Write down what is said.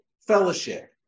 fellowship